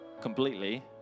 completely